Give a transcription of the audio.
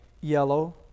yellow